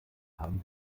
haben